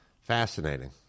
fascinating